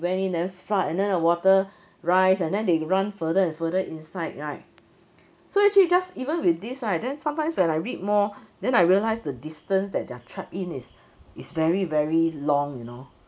went in then flood and then the water rise and then they run further and further inside right so actually you just even with this right then sometimes when I read more then I realise the distance that they're trapped in is is very very long you know